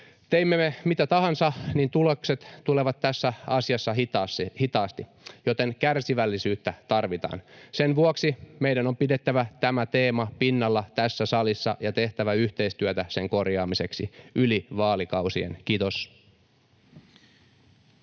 Teimme me mitä tahansa, niin tulokset tulevat tässä asiassa hitaasti, joten kärsivällisyyttä tarvitaan. Sen vuoksi meidän on pidettävä tämä teema pinnalla tässä salissa ja tehtävä yhteistyötä sen korjaamiseksi yli vaalikausien. — Kiitos.